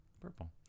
Purple